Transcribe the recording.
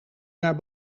naar